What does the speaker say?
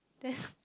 then